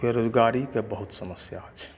फेरो गाड़ीके बहुत समस्या छै